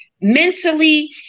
mentally